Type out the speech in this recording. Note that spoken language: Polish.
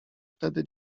wtedy